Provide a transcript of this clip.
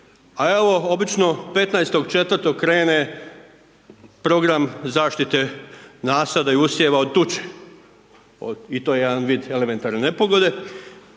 A evo, obično 15. 4. krene program zaštite nasada i usjeva od tuče i to je jedan vid elementarne nepogode,